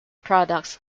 products